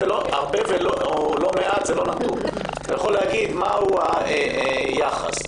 אתה יכול להגיד מה הוא היחס.